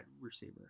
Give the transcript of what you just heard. receiver